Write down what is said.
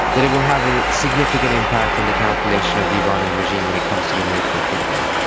that it will have a significant impact on the calculation of the iranian regime when it comes to the nuclear program.